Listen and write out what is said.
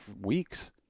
Weeks